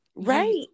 Right